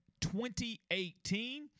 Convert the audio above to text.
2018